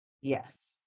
yes